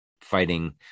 fighting